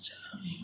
जाबाय